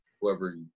whoever